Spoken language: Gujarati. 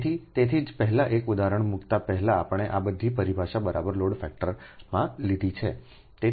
તેથી તેથી જ પહેલા એક ઉદાહરણ મૂકતા પહેલા આપણે આ બધી પરિભાષા બરાબર લોડ ફેક્ટરમાં લીધી છે